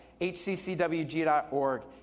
hccwg.org